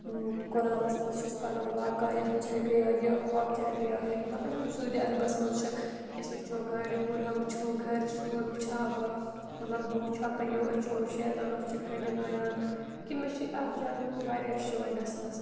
قرانَس منٛز چھِ أسۍ پَران واقع یَتھ چایہِ گٔیا یہِ ہۄپھ چاے گٔیا ہے مطلب یِم سوٗدِ عربَس مَنٛز چھِ أسۍ وٕچھو گَرِ ہُرہا وٕچھو گَرِ سوٗر وٕچھ ہا بہٕ مطلب بہٕ وٕچھ ہا پَنٕنیٚو أچھو شیطانَس چھِ کٕنہِ لایان کہِ مےٚ چھِ اَتھ جایہِ ہُنٛد واریاہ شوق گژھنَس